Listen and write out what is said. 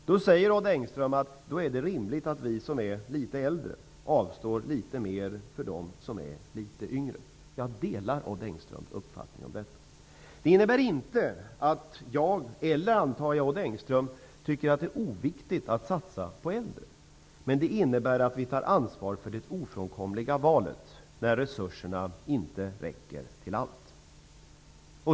Odd Engström sade att då är det rimligt att vi som är litet äldre avstår litet mer för dem som är litet yngre. Jag delar Odd Engströms uppfattning om detta. Det innebär inte att jag eller, antar jag, Odd Engström tycker att det är oviktigt att satsa på äldre, men det innebär att vi tar ansvar för det ofrånkomliga valet, när resurserna inte räcker till allt.